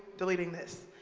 deleting this.